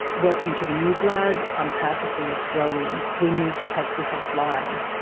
welcome to the new blood. i'm proud to see us growing. we need to take this offline.